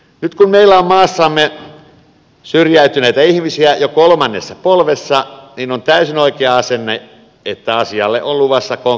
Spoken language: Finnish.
nyt kun meillä on maassamme syrjäytyneitä ihmisiä jo kolmannessa polvessa on täysin oikea asenne että asialle on luvassa konkreettisia toimenpiteitä